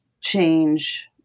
change